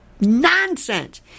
nonsense